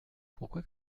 pourquoi